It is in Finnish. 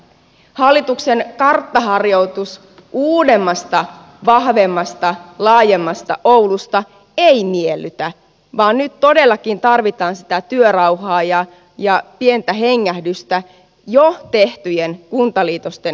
hallituksen karttaharjoitus uudemmasta vahvemmasta laajemmasta oulusta ei miellytä vaan nyt todellakin tarvitaan sitä työrauhaa ja pientä hengähdystä jo tehtyjen kuntaliitosten toteuttamiseksi